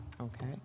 Okay